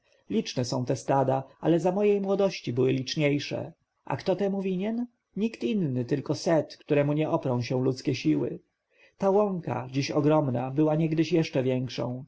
liczne są te stada ale za mojej młodości były liczniejsze a kto temu winien nikt inny tylko set któremu nie oprą się ludzkie siły ta łąka dziś ogromna była niegdyś jeszcze większą